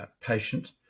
patient